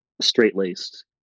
straight-laced